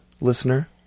listener